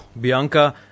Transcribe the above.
Bianca